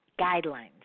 Guidelines